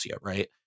right